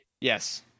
Yes